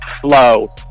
flow